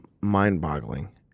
mind-boggling